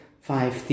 five